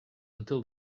until